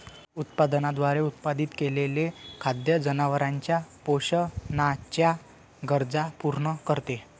उत्पादनाद्वारे उत्पादित केलेले खाद्य जनावरांच्या पोषणाच्या गरजा पूर्ण करते